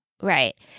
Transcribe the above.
Right